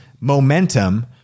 momentum